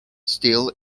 still